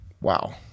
Wow